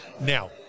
Now